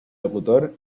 locutor